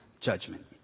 judgment